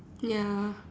ya